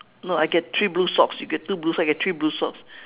no I get three blue socks you get two blue socks I get three blue socks